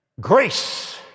grace